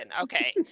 Okay